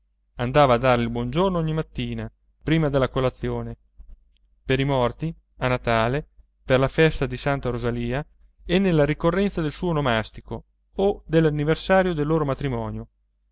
andava a darle il buon giorno ogni mattina prima della colazione per i morti a natale per la festa di santa rosalia e nella ricorrenza del suo onomastico o dell'anniversario del loro matrimonio